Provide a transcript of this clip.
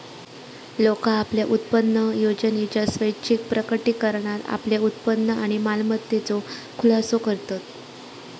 लोका आपल्या उत्पन्नयोजनेच्या स्वैच्छिक प्रकटीकरणात आपल्या उत्पन्न आणि मालमत्तेचो खुलासो करतत